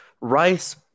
Rice